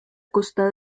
costa